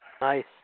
Nice